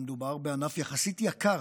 שמדובר בענף יחסית יקר,